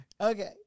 Okay